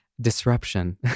disruption